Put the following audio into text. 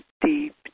deep